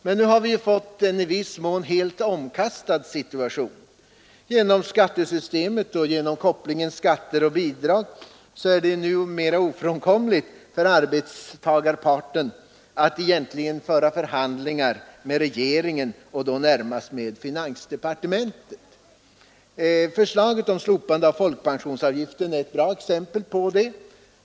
Men nu har vi fått en i viss mån omkastad situation. Genom skattesystemet och genom kopplingen mellan skatter och bidrag är det numera ofrånkomligt för arbetstagarparten att föra ”förhandlingar” med regeringen och då närmast med finansdepartementet. Förslaget om slopande av folkpensionsavgiften är ett bra exempel på det.